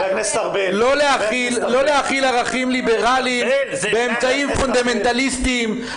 לא להכיל ערכים ליברליים באמצעים פונדמנטליסטים.